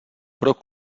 pro